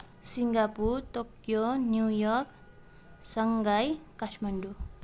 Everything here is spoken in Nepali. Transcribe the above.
Singapore Tokyo New York Shanghai Kathmandu